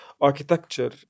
architecture